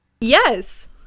Yes